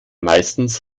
meistens